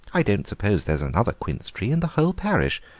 i don't suppose there's another quince tree in the whole parish.